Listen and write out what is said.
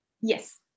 Yes